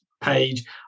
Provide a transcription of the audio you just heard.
page